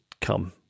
come